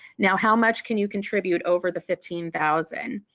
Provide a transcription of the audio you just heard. now how much can you contribute over the fifteen thousand?